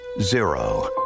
zero